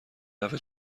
نفع